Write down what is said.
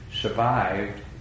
survived